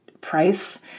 price